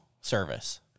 service